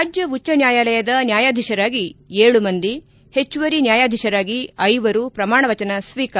ರಾಜ್ಯ ಉಜ್ಞ ನ್ಯಾಯಾಲಯದ ನ್ಯಾಯಾಧೀಶರಾಗಿ ಏಳು ಮಂದಿ ಹೆಚ್ಚುವರಿ ನ್ಯಾಯಾಧೀಶರಾಗಿ ಐವರು ಪ್ರಮಾಣವಚನ ಸ್ವೀಕಾರ